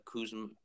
Kuzma